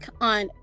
on